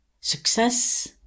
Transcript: success